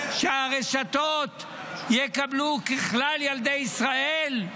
שהרשתות יקבלו ככלל ילדי ישראל.